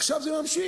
עכשיו זה נמשך.